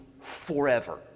forever